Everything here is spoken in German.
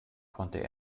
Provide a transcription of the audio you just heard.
konnte